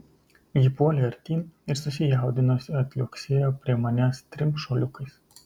ji puolė artyn ir susijaudinusi atliuoksėjo prie manęs trim šuoliukais